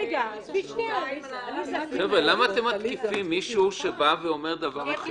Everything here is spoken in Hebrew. חבר'ה, למה אתם מתקיפים מישהו שבא ואומר דבר אחר?